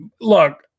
Look